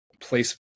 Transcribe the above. place